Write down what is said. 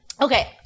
Okay